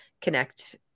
connect